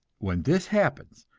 when this happens,